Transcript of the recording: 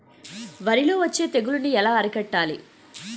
వరిలో వచ్చే తెగులని ఏలా అరికట్టాలి?